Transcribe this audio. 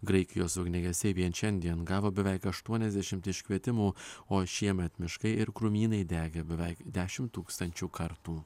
graikijos ugniagesiai vien šiandien gavo beveik aštuoniasdešimt iškvietimų o šiemet miškai ir krūmynai degė beveik dešimt tūkstančių kartų